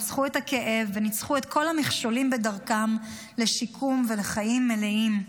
ניצחו את הכאב וניצחו את כל המכשולים בדרכם לשיקום ולחיים מלאים.